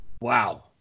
Wow